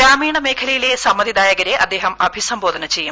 ഗ്രാമീണ മേഖലയിലെ സമ്മതിദായകരെ അദ്ദേഹം അഭിസംബോധന ചെയ്യും